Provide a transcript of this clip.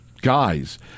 guys